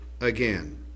again